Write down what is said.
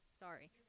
Sorry